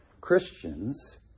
Christians